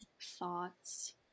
thoughts